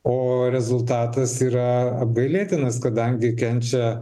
o rezultatas yra apgailėtinas kadangi kenčia